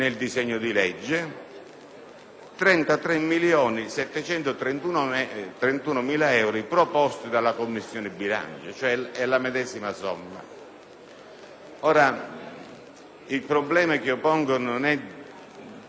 33.731.000 euro proposti dalla Commissione bilancio. È la medesima somma, in sostanza. Il problema che io pongo non è di lieve entità.